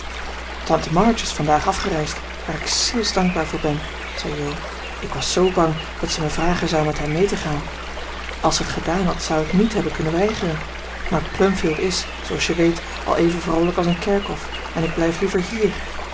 tante march is vandaag afgereisd waar ik zielsdankbaar voor ben zei jo ik was zoo bang dat ze me vragen zou met haar mee te gaan als ze het gedaan had zou ik niet hebben kunnen weigeren maar plumfield is zooals je weet al even vroolijk als een kerkhof en ik blijf liever hier